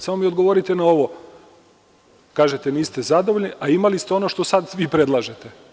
Samo mi odgovorite na ovo, kažete – niste zadovoljni, a imali ste ono što sad vi predlažete.